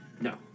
No